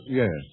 yes